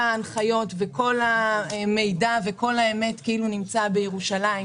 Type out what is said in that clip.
ההנחיות וכל המידע וכל האמת נמצא בירושלים.